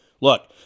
Look